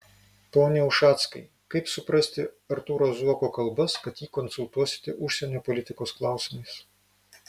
pone ušackai kaip suprasti artūro zuoko kalbas kad jį konsultuosite užsienio politikos klausimais